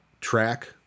track